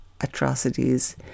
atrocities